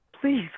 Please